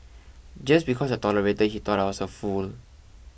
just because I tolerated he thought I was a fool